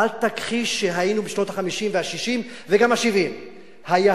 אל תכחיש שהיינו בשנות ה-50 וה-60 וגם ה-70 היהלום,